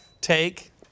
take